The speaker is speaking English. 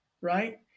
right